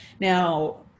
now